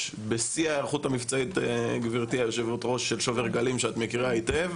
בשיא ההיערכות המבצעית של "שובר גלים" שאת מכירה היטב,